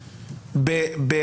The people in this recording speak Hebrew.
בעיניי,